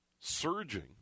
surging